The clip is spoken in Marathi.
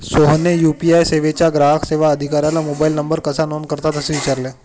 सोहनने यू.पी.आय सेवेच्या ग्राहक सेवा अधिकाऱ्याला मोबाइल नंबर कसा नोंद करतात असे विचारले